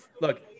Look